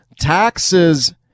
taxes